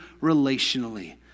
relationally